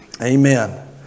Amen